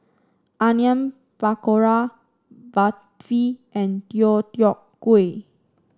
Onion Pakora Barfi and Deodeok Gui